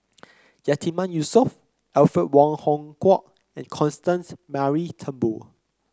Yatiman Yusof Alfred Wong Hong Kwok and Constance Mary Turnbull